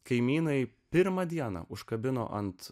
kaimynai pirmą dieną užkabino ant